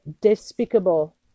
despicable